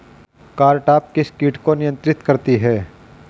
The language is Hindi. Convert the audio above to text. कारटाप किस किट को नियंत्रित करती है?